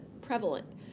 prevalent